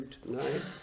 tonight